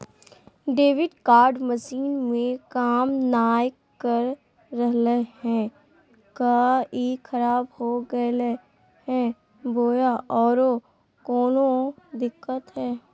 Debit card machine में काम नाय कर रहले है, का ई खराब हो गेलै है बोया औरों कोनो दिक्कत है?